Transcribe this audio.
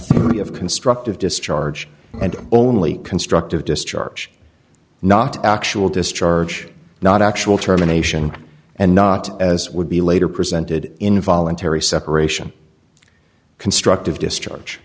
theory of constructive discharge and only constructive discharge not actual discharge not actual terminations and not as would be later presented involuntary separation constructive discharge